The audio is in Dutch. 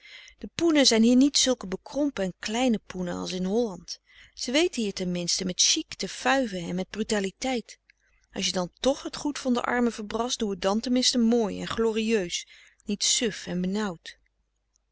de poenen zijn hier niet zulke bekrompen en kleine poenen as in holland ze weten hier ten minste met chic te fuiven en met brutaliteit as je dan tch het goed van de armen verbrast doe het dan ten minste mooi en glorieus niet suf en benauwd